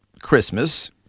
Christmas